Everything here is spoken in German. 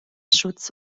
schutz